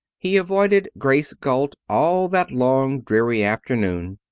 he avoided grace galt all that long, dreary afternoon.